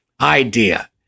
idea